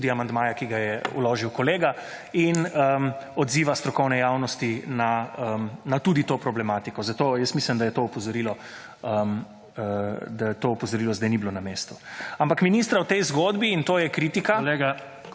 tudi amandmaja, ki ga je vložil kolega in odziva strokovne javnosti na tudi to problematiko. Zato jaz mislim, da to opozorilo sedaj ni bilo na mestu. Ampak ministra v tej zgodbi in to je kritika…